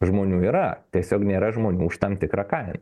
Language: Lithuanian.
žmonių yra tiesiog nėra žmonių už tam tikrą kai